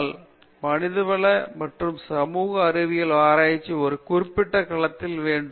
பேராசிரியர் ராஜேஷ் குமார் அதனால் மனிதவள மற்றும் சமூக அறிவியல் ஆராய்ச்சி ஒரு குறிப்பிட்ட களத்தில் வேண்டும்